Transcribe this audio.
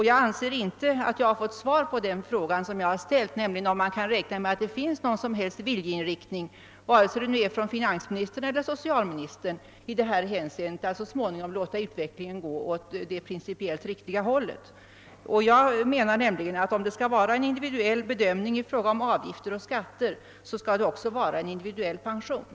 Jag anser inte att jag fått svar på den fråga jag ställt, nämligen om man kan räkna med att det finns någon som helst viljeinriktning — hos finansministern eller socialministern — att så småningom låta utvecklingen gå åt det principiellt riktiga hållet. Om det skall vara en individuell bedömning i fråga om avgifter och skatter, skall det också vara individuell pension.